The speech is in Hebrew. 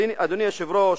אדוני היושב-ראש,